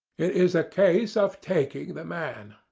it is a case of taking the man.